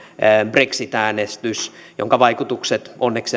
brexit äänestys jonka vaikutukset onneksi